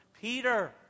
Peter